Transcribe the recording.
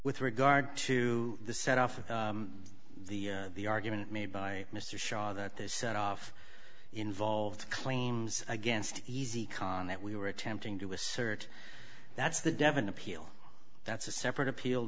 with regard to the set off of the the argument made by mr shaw that this set off involved claims against easy con that we were attempting to assert that's the devon appeal that's a separate appeal